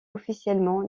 officiellement